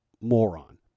moron